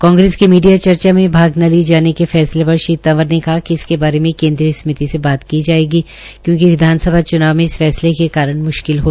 कांग्रेस के मीडिया चर्चा में भाग न लिये जाने के फैसले पर श्री तंवर ने कहा कि इसके बारे में केन्द्रीय समिति से बात की जायेगी क्योकि विधानसभा चुनाव में इस फैसले के कारण म्श्किल हो सकती है